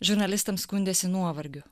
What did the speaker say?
žurnalistams skundėsi nuovargiu